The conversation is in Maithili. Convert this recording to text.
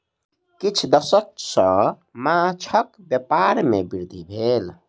किछ दशक सॅ माँछक व्यापार में वृद्धि भेल